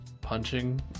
punching